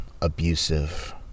abusive